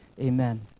amen